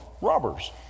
robbers